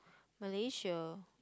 Malaysia